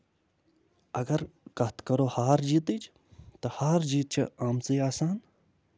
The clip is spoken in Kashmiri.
اَگر کَتھ کَرو ہار جیٖتٕچ ہار جیٖت چھِ آمژٕے آسان